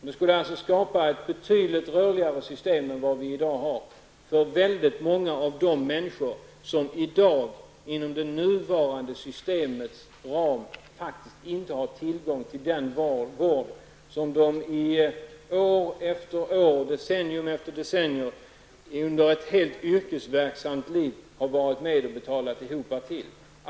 Vi skulle alltså skapa ett betydligt rörligare system än det som vi har i dag för väldigt många av de människor som i dag inom det nuvarande systemets ram faktiskt inte har tillgång till den vård som de i år efter år och under decennium efter decennium under ett helt yrkesverksamt liv har varit med och betalat för.